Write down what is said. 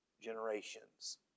generations